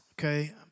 Okay